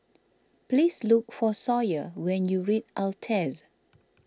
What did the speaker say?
please look for Sawyer when you reach Altez